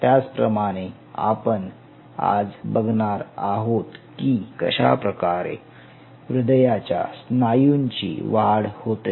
त्याच प्रमाणे आपण आज बघणार आहोत की कशाप्रकारे हृदयाच्या स्नायूंची वाढ होते